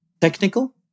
technical